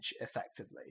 effectively